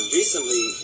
recently